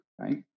right